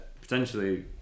potentially